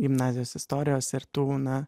gimnazijos istorijos ir tų na